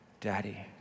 Daddy